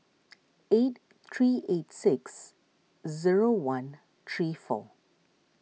eight three eight six zero one three four